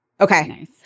Okay